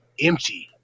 empty